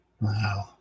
Wow